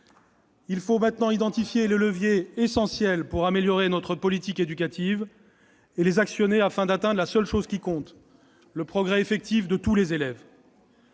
Il faut maintenant identifier les leviers essentiels susceptibles d'améliorer notre politique éducative et les actionner afin d'atteindre la seule chose qui compte : le progrès effectif de tous les élèves.